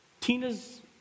Tina's